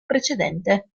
precedente